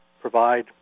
provide